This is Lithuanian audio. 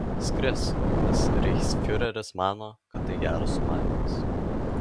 skris nes reichsfiureris mano kad tai geras sumanymas